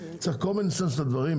צריך קומנסנס לדברים,